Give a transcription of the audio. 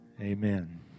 Amen